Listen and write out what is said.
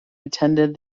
attended